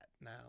now